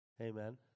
amen